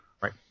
Right